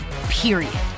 period